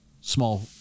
small